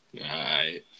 right